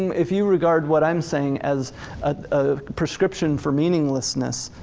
if you regard what i'm saying as a prescription for meaninglessness,